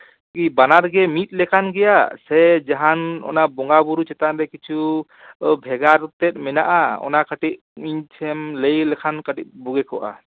ᱠᱤ ᱵᱟᱱᱟᱨ ᱜᱮ ᱢᱤᱫ ᱞᱮᱠᱟᱱ ᱜᱮᱭᱟ ᱥᱮ ᱡᱟᱦᱟᱱ ᱚᱱᱟ ᱵᱚᱸᱜᱟ ᱵᱩᱨᱩ ᱪᱮᱛᱟᱱ ᱨᱮ ᱠᱤᱪᱷᱩ ᱵᱷᱮᱜᱟᱨ ᱛᱮᱫ ᱢᱮᱱᱟᱜᱼᱟ ᱚᱱᱟ ᱠᱟᱹᱴᱤᱡ ᱤᱧ ᱴᱷᱮᱱ ᱮᱢ ᱞᱟᱹᱭ ᱞᱮᱠᱷᱟᱱ ᱠᱟᱹᱴᱤᱡ ᱵᱩᱜᱤ ᱠᱚᱜᱼᱟ